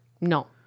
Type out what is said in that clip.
No